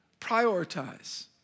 prioritize